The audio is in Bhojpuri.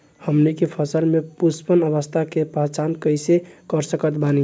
हमनी के फसल में पुष्पन अवस्था के पहचान कइसे कर सकत बानी?